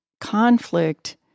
conflict